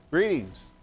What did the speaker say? Greetings